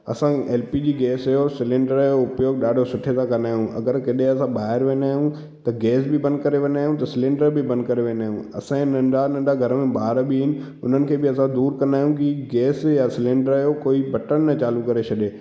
असां L P G gas जो cylinder जो उपयोगु ॾाढा सुठे सां कंदा आहियूं अगरि किथे असां ॿाहिरि वेंदा आहियूं त गैस बि बंदि करे वेंदा आहियूं त सिलेंडर बि बंदि करे वेंदा आहियूं असांजे नंढा नंढा ॿार बि आहिनि उन्हनि खे बि असां दूरु कंदा आहियूं की गैस या सिलेंडर जो कोई बि बटणु न चालू करे छॾे